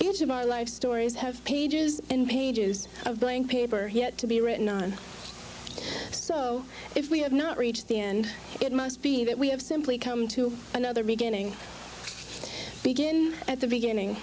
each of our life stories have pages and pages of paper yet to be written on if we have not reached the end it must be that we have simply come to another beginning begin at the beginning